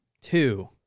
Two